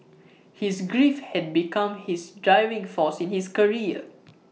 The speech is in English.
his grief had become his driving force in his career